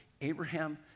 Abraham